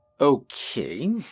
Okay